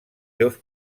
seus